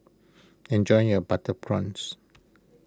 enjoy your Butter Prawns